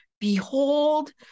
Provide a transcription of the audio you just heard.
behold